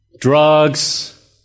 drugs